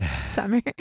Summer